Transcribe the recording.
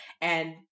and-